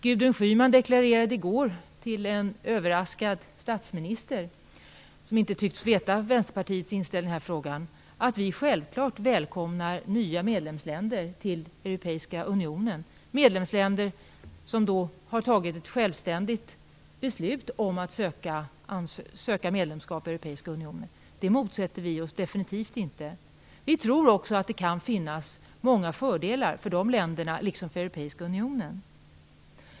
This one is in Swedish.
Gudrun Schyman deklarerade i går - för en överraskad statsminister, som inte tycks veta Vänsterpartiets inställning i den här frågan - att vi självfallet välkomnar nya medlemsländer till Europeiska unionen, medlemsländer som då har fattat ett självständigt beslut om att söka medlemskap i Europeiska unionen. Det motsätter vi oss definitivt inte. Vi tror också att det kan finnas många fördelar för de länderna, liksom för Europeiska unionen.